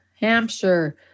Hampshire